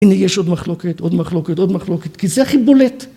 הנה יש עוד מחלוקת עוד מחלוקת עוד מחלוקת כי זה הכי בולט